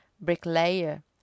bricklayer